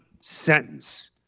sentence